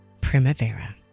Primavera